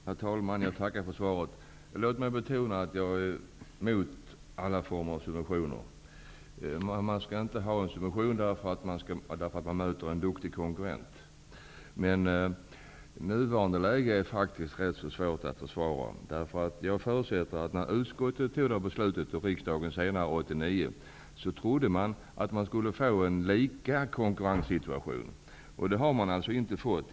Herr talman! Jag tackar för svaret. Låt mig betona att jag är emot alla former av subventioner. Man skall inte ha en subvention därför att man möter en duktig konkurrent. Men nuvarande läge är faktiskt rätt svårt att försvara. Jag förutsätter att utskottet och riksdagen i samband med att det här beslutet fattades 1989 trodde att vi skulle få en situation av likvärdig konkurrens, men så har inte blivit fallet.